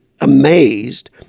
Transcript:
amazed